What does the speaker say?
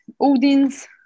Odin's